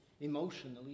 emotionally